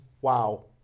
wow